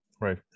right